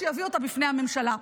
שיביא אותה בפני הממשלה.